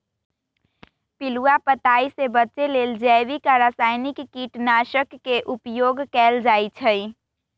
पिलुआ पताइ से बचे लेल जैविक आ रसायनिक कीटनाशक के उपयोग कएल जाइ छै